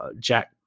Jack